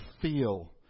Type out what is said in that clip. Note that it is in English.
feel